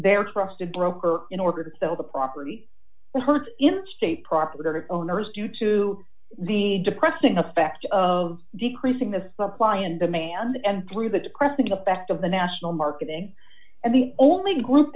their trusted broker in order to sell the property to her in that state property owners due to the depressing effect of decreasing the supply and demand and through the depressing effect of the national marketing and the only group